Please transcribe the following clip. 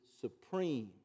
supreme